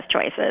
choices